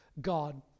God